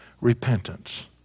repentance